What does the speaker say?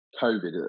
COVID